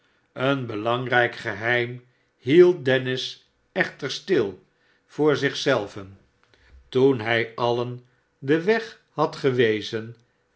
een belangrijk geheim hield dennis echter stil voor zich zelven toen hij alien den weg had gewezen